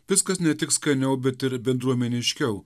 viskas ne tik skaniau bet ir bendruomeniškiau